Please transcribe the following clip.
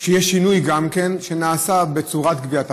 שנעשה שינוי בצורת גביית החובות.